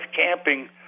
camping